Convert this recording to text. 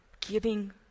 giving